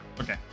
Okay